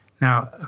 Now